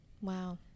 Wow